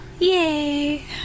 Yay